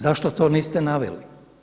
Zašto to niste naveli?